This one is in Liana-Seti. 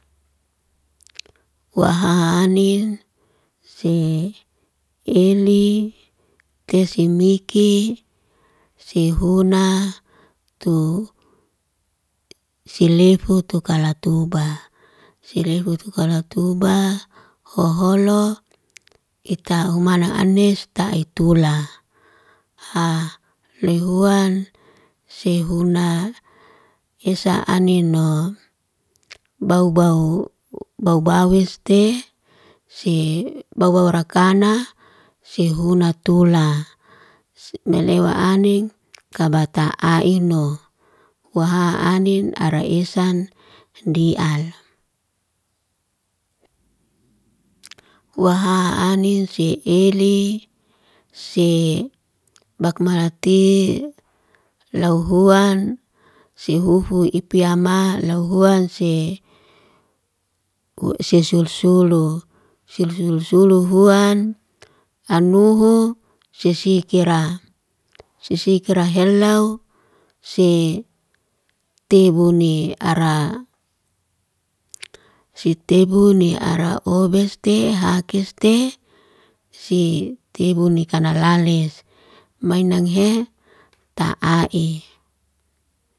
Wa haa anin si'eli tesimiki si huna tu si leifu tukalatuba. Si leifu tukalatuba, ho'olo ita umana anes ta'itula. Haa lihuan si huna esa anino, bau bau bau bau isteh, si bau bau rakana si huan tulaa. Se melewa aning kabata a'ino. Wa haa anin ara esan di'al. wa haa anis si ili, si bakmalatil lau huan si hufwa hu ipiya ma lau huan sesulsulu. Sesulsulu huan anuhu sisi kira, sisi kira helau si tebuni araa. Si tebuni ara obeste hakeste, si tebuni kanalales mainanghe ta'ai.